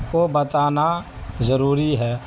کو بتانا ضروری ہے